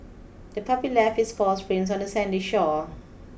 the puppy left its paw prints on the sandy shore